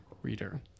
reader